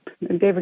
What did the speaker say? David